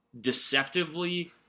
deceptively